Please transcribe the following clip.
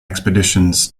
expeditions